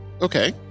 Okay